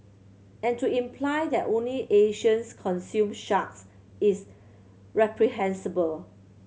and to imply that only Asians consume sharks is reprehensible